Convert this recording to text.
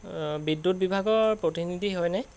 বিদ্যুৎ বিভাগৰ প্ৰতিনিধি হয়নে